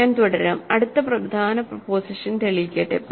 ഞാൻ തുടരാം അടുത്ത പ്രധാന പ്രിപൊസിഷൻ തെളിയിക്കട്ടെ